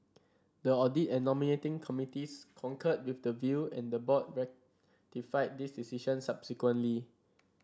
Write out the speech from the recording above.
the audit and nominating committees concurred with the view and the board ratified this decision subsequently